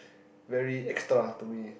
very extra to me